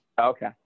okay